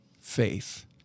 faith